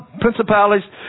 principalities